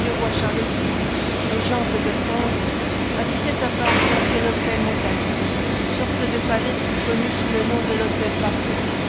du roi charles vi régente de france habitait à paris l'ancien hôtel montagu sorte de palais plus connu sous le nom de l'hôtel barbette